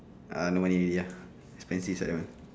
ah no money already ah expensive that one